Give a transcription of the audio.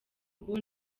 ubu